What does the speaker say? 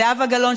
זהבה גלאון,